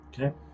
Okay